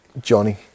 Johnny